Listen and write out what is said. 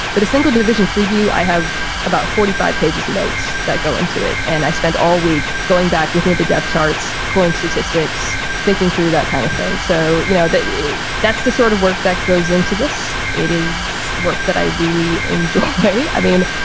but a single division preview. i have about forty five pages of notes that go into it. and i spent all week going back, looking at the depth charts, pulling statistics, thinking through that kind of thing. so, you know that that's the sort of work that goes into this. it is work that i really enjoy. i mean,